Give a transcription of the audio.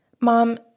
Mom